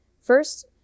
First